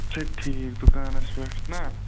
اچھا ٹھیٖک دُکانس پیٚٹھ نا